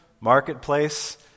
marketplace